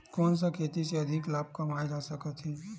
कोन सा खेती से अधिक लाभ कमाय जा सकत हे?